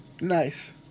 Nice